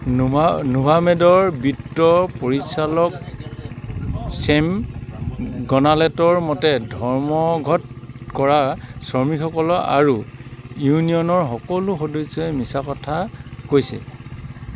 Nova নোভামেডৰ বিত্ত পৰিচালক চেম গনালেটৰ মতে ধৰ্মঘট কৰা শ্ৰমিকসকল আৰু ইউনিয়নৰ সকলো সদস্যই মিছা কথা কৈছে